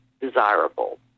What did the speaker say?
desirable